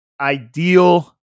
ideal